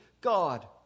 God